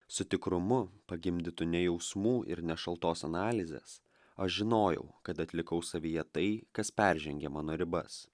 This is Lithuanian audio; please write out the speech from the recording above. su tikrumu pagimdytu ne jausmų ir ne šaltos analizės aš žinojau kad atlikau savyje tai kas peržengė mano ribas